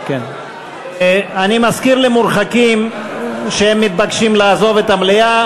אני מזכיר למורחקים שהם מתבקשים לעזוב את המליאה.